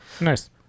Nice